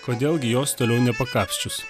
kodėl gi jos toliau nepakapsčius